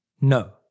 No